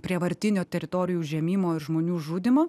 prievartinio teritorijų užėmimo ir žmonių žudymo